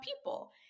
people